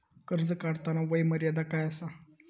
कर्ज काढताना वय मर्यादा काय आसा?